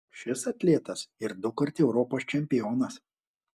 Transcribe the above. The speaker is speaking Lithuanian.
šis atletas ir dukart europos čempionas